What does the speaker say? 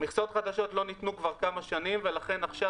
מכסות חדשות לא ניתנו כבר כמה שנים ולכן עכשיו,